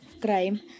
crime